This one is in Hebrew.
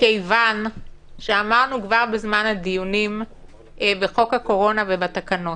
מכיוון שאמרנו כבר בזמן הדיונים בחוק הקורונה ובתקנות,